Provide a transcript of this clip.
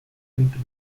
centro